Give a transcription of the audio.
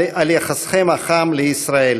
על יחסכם החם לישראל.